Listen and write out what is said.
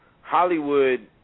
Hollywood